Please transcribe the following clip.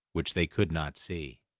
which they could not see.